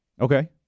Okay